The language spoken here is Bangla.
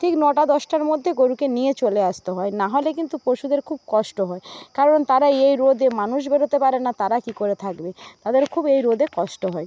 ঠিক নটা দশটার মধ্যে গরুকে নিয়ে চলে আসতে হয় না হলে কিন্তু পশুদের খুব কষ্ট হয় কারণ তারা এই রোদে মানুষ বেরোতে পারে না তারা কি করে থাকবে তাদের খুব এই রোদে কষ্ট হয়